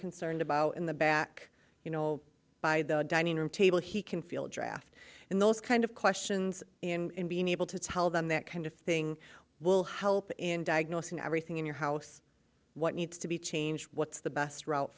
concerned about in the back you know by the dining room table he can feel draft and those kind of questions and being able to tell them that kind of thing will help in diagnosing everything in your house what needs to be changed what's the best route